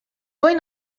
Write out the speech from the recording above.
voi